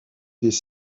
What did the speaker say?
des